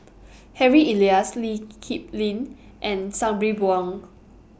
Harry Elias Lee Kip Lin and Sabri Buang